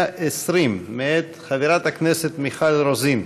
120 מאת חברת הכנסת מיכל רוזין.